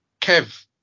Kev